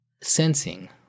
sensing